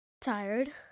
Tired